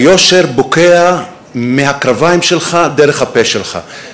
היושר בוקע מהקרביים שלך דרך הפה שלך.